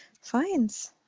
finds